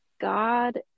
God